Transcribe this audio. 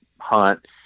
hunt